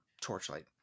torchlight